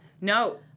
No